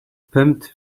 pumped